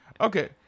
Okay